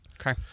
Okay